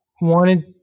wanted